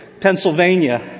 Pennsylvania